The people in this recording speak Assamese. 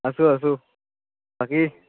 আছোঁ আছোঁ বাকী